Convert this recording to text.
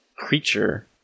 creature